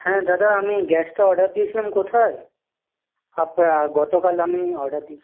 হ্যাঁ দাদা আমি গ্যাসটা অর্ডার দিয়েছিলাম কোথায় আপনার গতকাল আমি অর্ডার দিয়েছিলাম